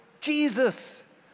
Jesus